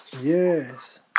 Yes